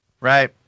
Right